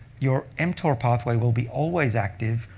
your mtor pathway will be always active,